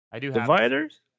Dividers